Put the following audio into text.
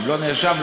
לא נאשם,